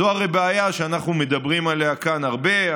זו הרי בעיה שאנחנו מדברים עליה כאן הרבה,